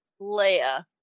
Leia